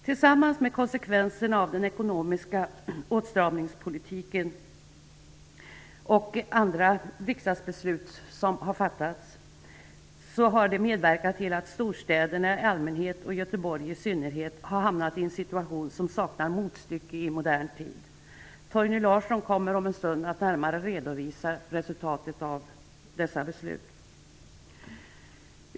Tillsammans med konsekvenserna av den ekonomiska åtstramningspolitiken och andra riksdagsbeslut har detta medverkat till att storstäderna i allmänhet och Göteborg i synnerhet har hamnat i en situation som saknar motstycke i modern tid. Torgny Larsson kommer om en stund att närmare redovisa resultatet av dessa beslut.